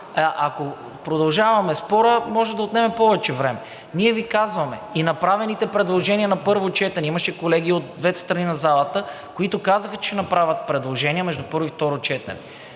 Ако продължаваме спора, може да отнеме повече време. Ние Ви казваме – и направените предложения на първо четене, имаше колеги от двете страни на залата, които казаха, че ще направят предложения между първо и второ четене.